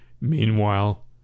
Meanwhile